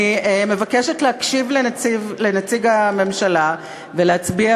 אני מבקשת להקשיב לנציג הממשלה ולהצביע